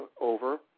over